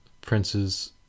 Prince's